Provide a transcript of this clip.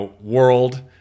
world